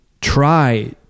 try